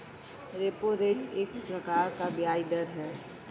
repo rate एक प्रकार का ब्याज़ दर है